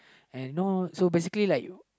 and no so basically like